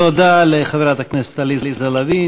תודה לחברת הכנסת עליזה לביא.